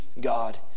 God